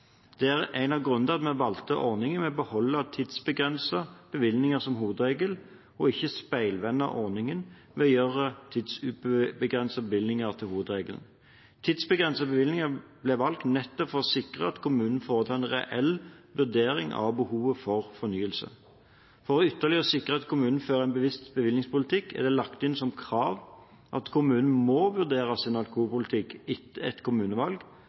Det er en av grunnene til at vi valgte ordningen med å beholde tidsbegrensede bevillinger som hovedregel, og ikke speilvende ordningen ved å gjøre tidsubegrensede bevillinger til hovedregel. Tidsbegrensede bevillinger ble valgt nettopp for å sikre at kommunen foretar en reell vurdering av behovet for fornyelser. For ytterligere å sikre at kommunene fører en bevisst bevillingspolitikk er det lagt inn som krav at kommunene må vurdere sin alkoholpolitikk etter et kommunevalg,